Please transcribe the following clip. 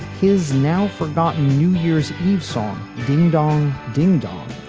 his now forgotten new year's eve song. ding dong, ding dong.